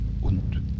Und